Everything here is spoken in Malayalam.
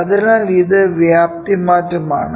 അതിനാൽ ഇത് വ്യാപ്തി മാറ്റമാണ്